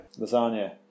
Lasagna